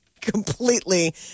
completely